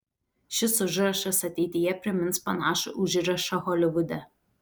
šis užrašas ateityje primins panašų užrašą holivude